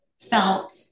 felt